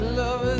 love